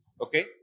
Okay